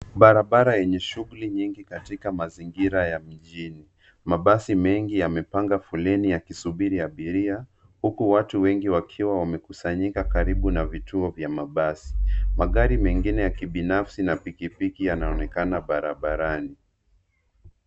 Barabara yenye shughuli nyingi katika mazingira ya mijini. Mabasi mengi yamepanga foleni yakisubiri abiria, huku watu wengi wakiwa wamekusanyika karibu na vituo vya mabasi. Magari mengine ya kibinafsi na pikipiki, yanaonekana barabarani.